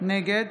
נגד